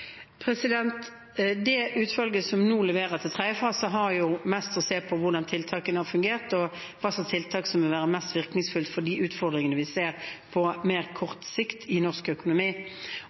Det utvalget som nå leverer til tredje fase, har sett mest på hvordan tiltakene har fungert, og hva slags tiltak som vil være mest virkningsfulle overfor de utfordringene vi ser på mer kort sikt i norsk økonomi.